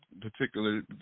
particular